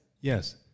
Yes